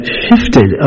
shifted